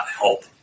help